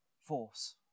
force